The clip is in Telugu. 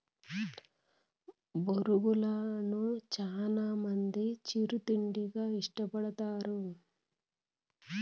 బొరుగులను చానా మంది చిరు తిండిగా ఇష్టపడతారు